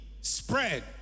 spread